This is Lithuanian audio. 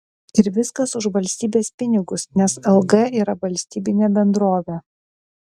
ir viskas už valstybės pinigus nes lg yra valstybinė bendrovė